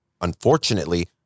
unfortunately